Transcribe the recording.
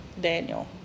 Daniel